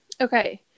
Okay